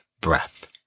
breath